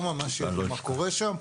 לא ממש ידעו מה קורה שם.